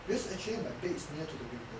because actually my bed is near to the window